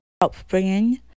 upbringing